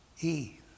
Eve